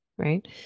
right